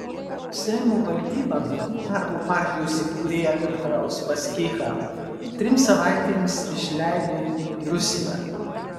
seimo valdyba darbo partijos įkūrėją viktorą uspaskichą trims savaitėms išleido į rusiją